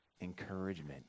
encouragement